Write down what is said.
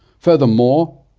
furthermore,